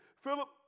Philip